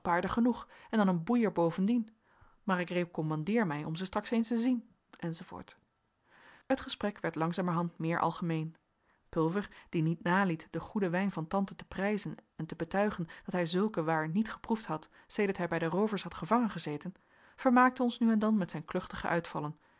genoeg en dan een boeier bovendien maar ik recommandeer mij om ze straks eens te zien enz het gesprek werd na langzamerhand meer algemeen pulver die niet naliet den goeden wijn van tante te prijzen en te betuigen dat hij zulke waar niet geproefd had sedert hij bij de roovers had gevangen gezeten vermaakte ons nu en dan met zijn kluchtige uitvallen